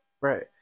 Right